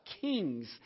kings